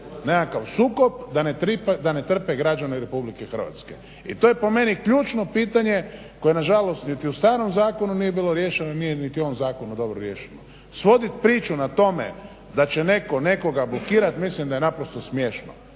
nekakav sukob da ne trpe građani Republike Hrvatske, i to je po meni ključno pitanje koje na žalost niti u starom zakonu nije bilo riješeno, nije niti u ovom zakonu dobro riješeno. Svoditi priču na tome da će netko nekoga blokirati, mislim da je naprosto smiješno.